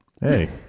Hey